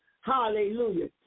Hallelujah